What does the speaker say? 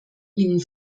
ihnen